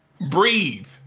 Breathe